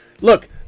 look